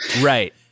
Right